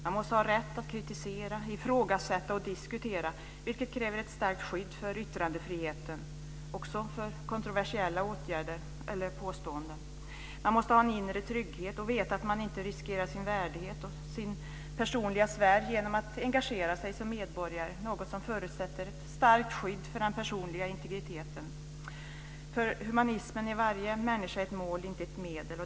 Man måste ha rätt att kritisera, ifrågasätta och diskutera, vilket kräver ett starkt skydd för yttrandefriheten, också för kontroversiella åtgärder eller påståenden. Man måste ha en inre trygghet och veta att man inte riskerar sin värdighet och sin personliga sfär genom att engagera sig som medborgare, något som förutsätter ett starkt skydd för den personliga integriteten. För humanismen är varje människa ett mål, inte ett medel.